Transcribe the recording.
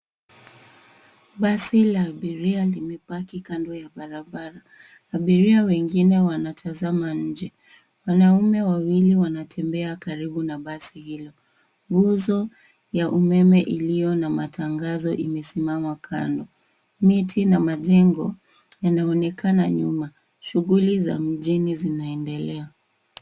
Basi la abiria limepaki kando ya barabara. Abiria wengine wanatazama nje. Wanaume wawili wanatembea karibu na basi hilo. Nguzo ya umeme iliyo na matangazo imesimama kando. Miti na majengo yanaonekana nyuma. Shughuli za mjini zinaendelea.